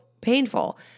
painful